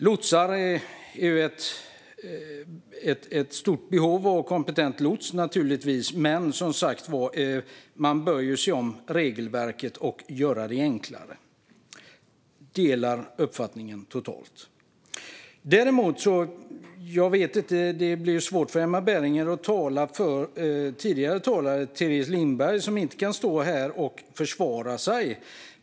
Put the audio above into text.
Det finns ett stort behov av kompetent lotsning, men man bör se över regelverket och göra det enklare. Det är svårt för Emma Berginger att tala för den tidigare talaren Teres Lindberg, som ju inte kan stå här nu och försvara sig.